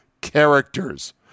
characters